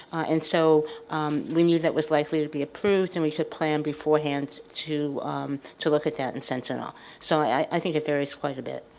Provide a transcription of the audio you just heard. and so we knew that was likely to be approved and we could plan beforehand to to look at that in sentinel so i think it varies quite a bit.